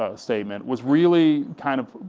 ah statement was really kind of,